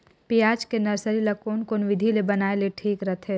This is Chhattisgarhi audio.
पियाज के नर्सरी ला कोन कोन विधि ले बनाय ले ठीक रथे?